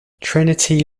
trinity